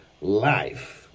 life